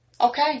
Okay